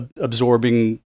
absorbing